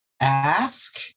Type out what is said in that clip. ask